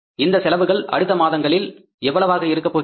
இந்த செலவுகள் அடுத்த மாதங்களில் எவ்வளவாக இருக்க போகின்றது